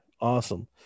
awesome